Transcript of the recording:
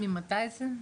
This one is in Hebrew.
ממתי זה?